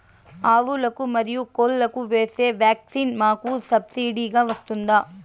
ఆవులకు, మరియు కోళ్లకు వేసే వ్యాక్సిన్ మాకు సబ్సిడి గా వస్తుందా?